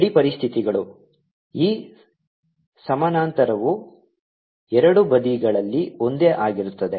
ಗಡಿ ಪರಿಸ್ಥಿತಿಗಳು e ಸಮಾನಾಂತರವು ಎರಡೂ ಬದಿಗಳಲ್ಲಿ ಒಂದೇ ಆಗಿರುತ್ತದೆ